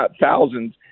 thousands